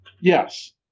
Yes